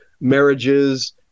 marriages